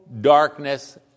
darkness